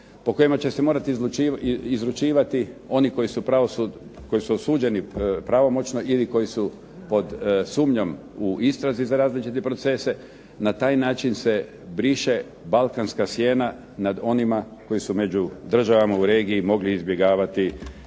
po kojima će se morati izručivati oni koji su osuđeni pravomoćno ili koji su pod sumnjom u istrazi za različite procese, na taj način se briše balkanska sjena nad onima koji su među državama u regiji mogli izbjegavati